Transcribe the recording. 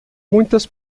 muitas